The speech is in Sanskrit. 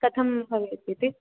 कथं भवेत् इति